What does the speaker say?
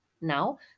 Now